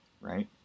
right